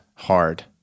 Hard